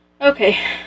Okay